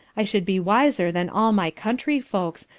i should be wiser than all my country-folks,